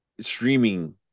streaming